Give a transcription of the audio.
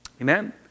Amen